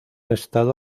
estado